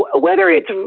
ah whether it's